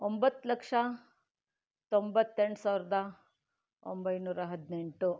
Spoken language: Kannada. ಒಂಬತ್ತು ಲಕ್ಷ ತೊಂಬತ್ತೆಂಟು ಸಾವಿರದ ಒಂಬೈನೂರ ಹದಿನೆಂಟು